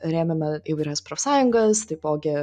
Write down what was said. rėmėme įvairias profsąjungas taipogi